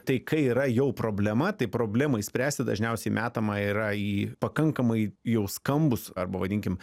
tai kai yra jau problema tai problemai išspręsti dažniausiai metama yra į pakankamai jau skambūs arba vadinkim